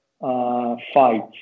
fight